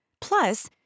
Plus